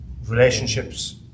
Relationships